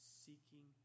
seeking